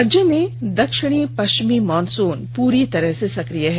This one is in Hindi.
राज्य में दक्षिण पश्चिमी मॉनसून पूरी तरह से सक्रिय है